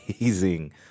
amazing